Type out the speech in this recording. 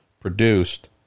produced